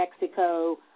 Mexico